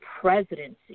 presidency